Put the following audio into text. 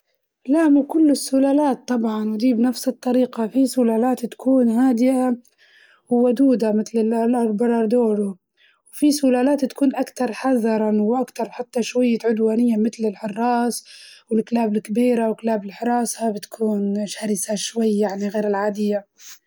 لا مو كل السلالات طبعاً دي بنفس الطريقة، في سلالات تكون هادية وودودة مثل الألبرادورو، وفي سلالات أكتر حذراً وأكنر حتى شوية عدوانية متل الحراس والكلاب الكبيرة وكلاب الحراسة بتكون شرسة شوية يعني غير العادية.